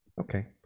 Okay